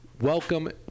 welcome